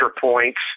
points—